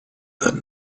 that